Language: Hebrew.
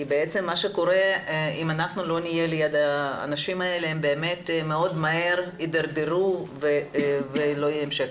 כי אם לא נהיה ליד האנשים האלה הם באמת ידרדרו מאוד מהר ולא יהיה המשך.